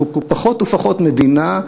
אנחנו פחות ופחות מדינה,